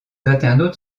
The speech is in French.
internautes